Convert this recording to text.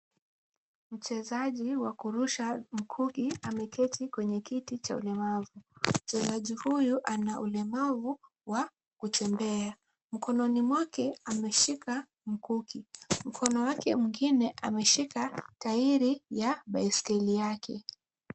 Mchezaji wa kurusha mkuki ameketi kwenye kiti cha ulemavu. Mchezaji huyu ana ulemavu wa kutembea. Mkononi mwake ameshika mkuki. Mkono wake mwingine ameshika tairi ya baiskeli yake.